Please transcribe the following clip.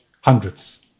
hundreds